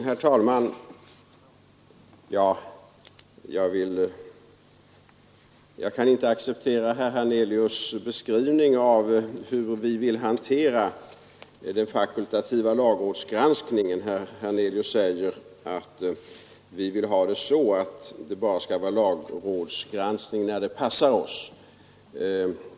Herr talman! Jag kan inte acceptera herr Hernelius” beskrivning av hur vi vill hantera den fakultativa lagrådsgranskningen när han säger att vi bara vill ha lagrådsgranskning när det passar oss.